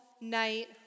night